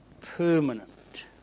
permanent